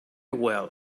well